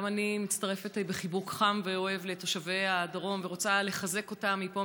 גם אני מצטרפת בחיבוק חם ואוהב לתושבי הדרום ורוצה לחזק אותם מפה,